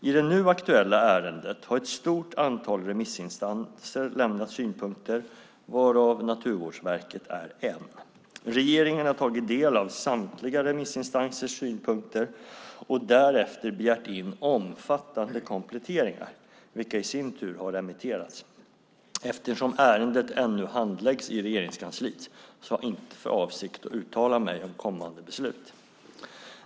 I det nu aktuella ärendet har ett stort antal remissinstanser lämnat synpunkter, varav Naturvårdsverket är en. Regeringen har tagit del av samtliga remissinstansers synpunkter och därefter begärt in omfattande kompletteringar, vilka i sin tur har remitterats. Eftersom ärendet ännu handläggs i Regeringskansliet har jag inte för avsikt att uttala mig om kommande beslut.